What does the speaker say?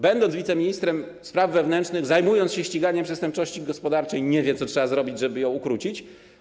Będąc wiceministrem spraw wewnętrznych, zajmując się ściganiem przestępczości gospodarczej, nie wie, co trzeba zrobić, żeby ją ukrócić.